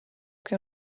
che